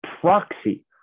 proxy